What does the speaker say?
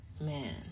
man